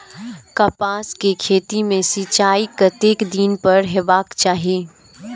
कपास के खेती में सिंचाई कतेक दिन पर हेबाक चाही?